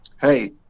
Hey